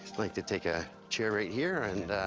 like to take a chair right here. and.